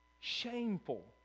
shameful